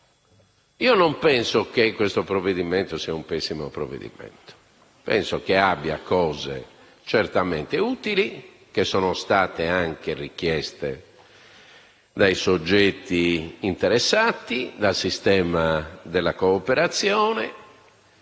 Non penso che questo provvedimento sia pessimo: penso che abbia aspetti certamente utili, che sono stati anche richiesti dai soggetti interessati e dal sistema della cooperazione;